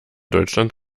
deutschland